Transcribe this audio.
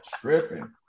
tripping